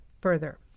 further